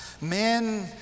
Men